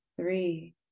three